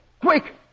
Quick